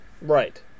right